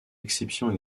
exceptions